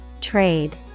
Trade